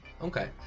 Okay